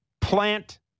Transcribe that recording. plant